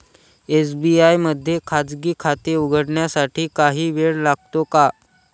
SBI मध्ये खाजगी खाते उघडण्यासाठी काही वेळ लागतो का?